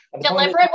Deliberately